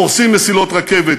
פורסים מסילות רכבת,